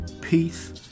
peace